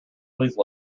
please